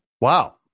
Wow